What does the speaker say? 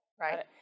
Right